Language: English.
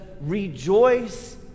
rejoice